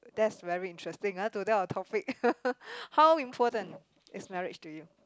that's very interesting ah today our topic how important is marriage to you